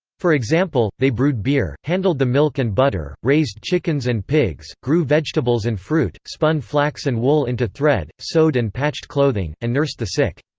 for example, they brewed beer, handled the milk and butter, raised chickens and pigs, grew vegetables and fruit, spun flax and wool into thread, sewed and patched clothing, and nursed the sick.